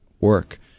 work